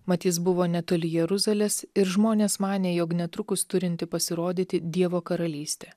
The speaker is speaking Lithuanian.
mat jis buvo netoli jeruzalės ir žmonės manė jog netrukus turinti pasirodyti dievo karalystė